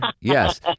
yes